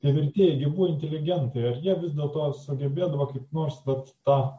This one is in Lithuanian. ir vertėjai gi buvo inteligentai ar jie vis dėlto sugebėdavo kaip nors vat tą